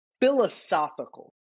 philosophical